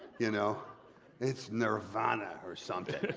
you know it's nirvana or something.